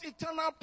eternal